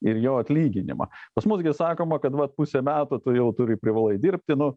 ir jo atlyginimą pas mus gi sakoma kad vat pusė metų tu jau turi privalai dirbti nu